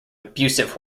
abusive